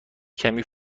کمی